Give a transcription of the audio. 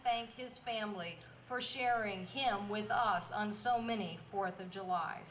you family first sharing him with us on so many fourth of july